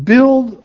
Build